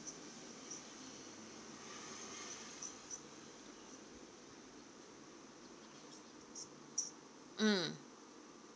mm